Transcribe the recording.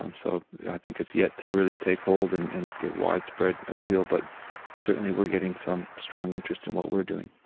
um so i think it's yet to really take hold and and get widespread appeal. but certainly we're getting some strong interest in what we're doing.